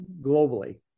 globally